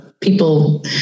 people